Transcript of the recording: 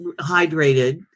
hydrated